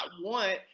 want